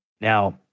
Now